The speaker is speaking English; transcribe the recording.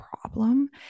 problem